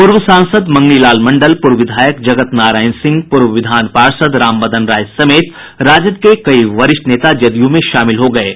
पूर्व सांसद मंगनी लाल मंडल पूर्व विधायक जगत नारायण सिंह पूर्व विधान पार्षद रामबदन राय समेत राजद के कई वरिष्ठ नेता जदयू में शामिल हो गये हैं